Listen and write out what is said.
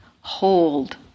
hold